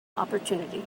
opportunity